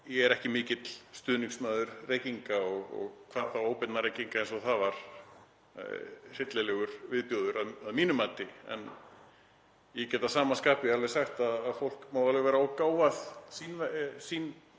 Ég er ekki mikill stuðningsmaður reykinga og hvað þá óbeinna reykinga eins og það var, hryllilegur viðbjóður að mínu mati, en ég get að sama skapi alveg sagt að fólk má alveg vera ógáfað sín vegna svo